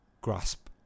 grasp